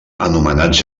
anomenats